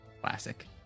Classic